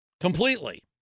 completely